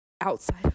outside